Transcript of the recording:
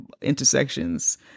intersections